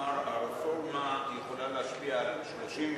הרפורמה יכולה להשפיע על 30 מיליון,